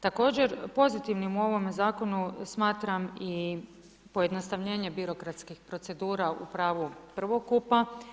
Također pozitivnim u ovome zakonu smatram i pojednostavljenje birokratskih procedura u pravu prvokupa.